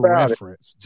reference